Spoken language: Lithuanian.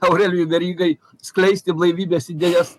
aurelijui verygai skleisti blaivybės idėjas